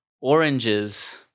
oranges